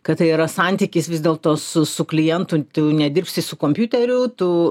kad tai yra santykis vis dėlto su su klientu tu nedirbsi su kompiuteriu tu